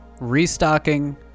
Restocking